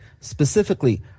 specifically